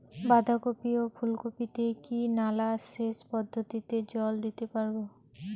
বাধা কপি ও ফুল কপি তে কি নালা সেচ পদ্ধতিতে জল দিতে পারবো?